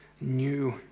new